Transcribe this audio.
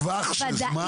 וודאית --- שהיא לטווח זמן.